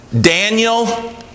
Daniel